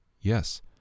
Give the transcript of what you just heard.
yes